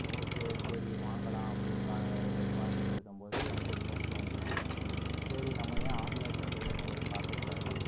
okay சரி வாங்கலாம் அப்படினு பா பார்த்துகிட்ருக்கும் போது எனக்கு ஒரு யோசனை வந்துச்சு சரி நம்ம ஏன் ஆன்லைனில் போய் நம்ம போய் பார்க்கக்கூடாது